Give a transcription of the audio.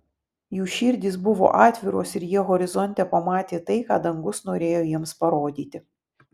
jų širdys buvo atviros ir jie horizonte pamatė tai ką dangus norėjo jiems parodyti